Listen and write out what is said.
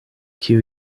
kiu